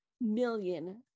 million